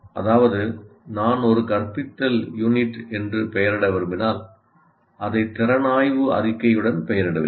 அதாவது நான் ஒரு கற்பித்தல் யூனிட் என்று பெயரிட விரும்பினால் அதை திறனாய்வு அறிக்கையுடன் பெயரிடுவேன்